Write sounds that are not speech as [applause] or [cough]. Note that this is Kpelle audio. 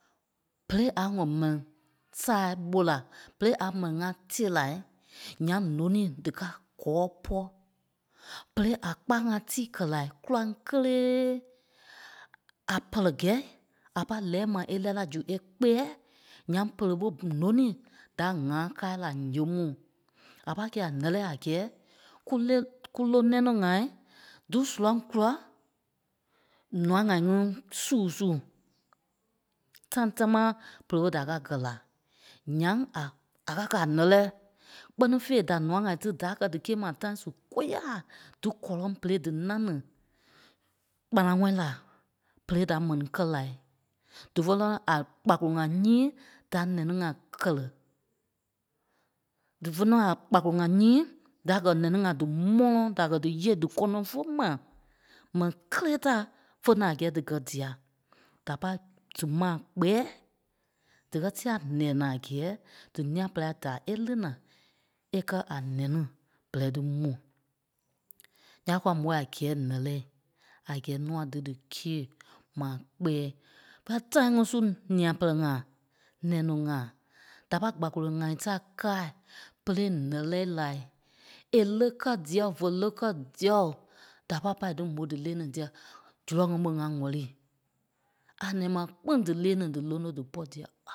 Berei a ŋɔ m̀ɛni saai ɓó la, Berei a mɛni ŋá tee lai ǹyaŋ nônii díkaa gɔ́ɔ pɔ́. Berei a paŋá tii kɛ lai kóraŋ kélee a pɛlɛ gɛ̂i a pâi lɛɛi ma é lɛ́ɛ la zu é pɛ́ɛ ǹyaŋ bere ɓé nônii da ŋâ kâai la ǹyee mu. À pâi kɛ́i a ǹɛ́lɛɛ a gɛ́ɛ kú lé- kú lóŋ nɛno ŋai dí surɔ̂ŋ kula ǹûa ŋai ŋí suu sú. Tãi támaa bere ɓé da kâa gɛ̀ la. Ǹyaŋ a- a kâa kɛ̀ a ǹɛ́lɛɛ, kpɛ́ni fêi da nûa ŋai tí da gɛ̀ dí kîe ma a tãi su kôyaa, dí gɔ́lɔŋ berei dí ńâŋ ni [hesitation] kpanaŋɔɔi la, berei da mɛni kɛ́ lai. Dífe lɔ́ a kpakolo ŋa nyíi da nɛnî ŋa kɛrɛi, dífe nɔ́ a kpkolo ŋa nyíi da gɛ̀ nɛnî ŋa dí mɔ̃lɔ da kɛ̀ díyêei dí kɔ́nɔŋ fé ma, mɛni kélee da fé na a gɛ́ɛ dí gɛ̀ dîa. Da pâi dí maa kpɛɛ̂i, díkɛ tîa nɛ̀ɛ na a gɛ́ɛ dí nîa pɛlɛɛi da é lí na é kɛ́ a nɛnî bɛ́rɛi tí mu. Ǹyaŋ kwa môi a gɛ́ɛ ǹɛ́lɛɛi a gɛ́ɛ nûa dí dí kîe maa kpɛ́ɛ. Kɛ́ tãi ŋí su nîa pɛlɛɛ ŋa, nɛno ŋa da pâi gbakolo ŋai ta káai berei ǹɛ́lɛɛi lai, è lé kɛ dîɛo, vé lé kɛ dîɛo, da pâi pâi dí mo dí lee ni dîa, zurɔ̂ŋ ŋí ɓé ŋa ŋ̀wɛ̂li. À nɛ̀ɛ ma kpîŋ dí lee ni dí lóno dípɔ dîɛ.